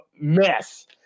mess